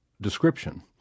description